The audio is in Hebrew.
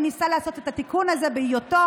הוא ניסה לעשות את התיקון הזה בהיותו